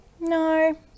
No